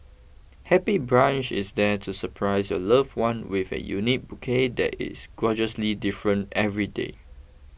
Happy Bunch is there to surprise your loved one with a unique bouquet that is gorgeously different every day